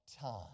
time